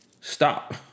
stop